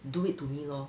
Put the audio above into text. do it to me lor